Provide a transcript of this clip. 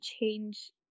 change